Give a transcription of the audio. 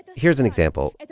here's an example.